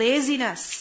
Laziness